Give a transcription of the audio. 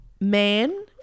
man